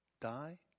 die